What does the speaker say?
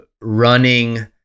running